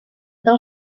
del